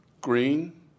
Green